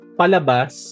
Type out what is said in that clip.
palabas